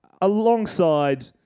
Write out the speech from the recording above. alongside